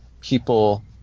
people